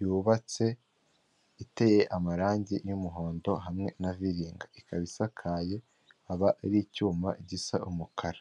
yubatse, iteye amarangi y'umuhondo hamwe na viringa, ikaba isakaye, ikaba ariho icyuma gisa umukara.